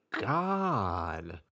God